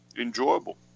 enjoyable